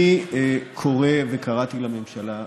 אני קורא וקראתי לממשלה,